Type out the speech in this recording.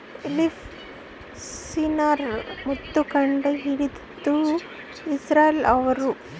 leaf sensor ಮೊದ್ಲು ಕಂಡು ಹಿಡಿದಿದ್ದು ಇಸ್ರೇಲ್ ಅವ್ರು